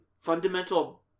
fundamental